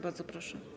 Bardzo proszę.